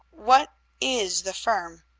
what is the firm?